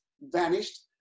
vanished